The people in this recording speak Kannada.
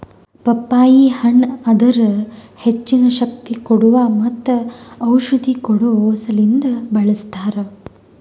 ಪಪ್ಪಾಯಿ ಹಣ್ಣ್ ಅದರ್ ಹೆಚ್ಚಿನ ಶಕ್ತಿ ಕೋಡುವಾ ಮತ್ತ ಔಷಧಿ ಕೊಡೋ ಸಲಿಂದ್ ಬಳ್ಸತಾರ್